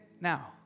now